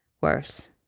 worse